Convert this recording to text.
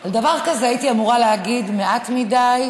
על דבר כזה הייתי אמורה להגיד: מעט מדי,